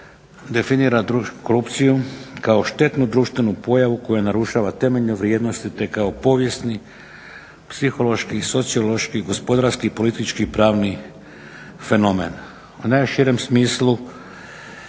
definira korupciju kao štetnu društvenu pojavu koja narušava temeljne vrijednosti, te kao povijesni, psihološki, sociološki, gospodarski, politički i pravni fenomen. U najširem smislu